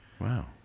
wow